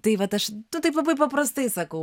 tai vat aš nu taip labai paprastai sakau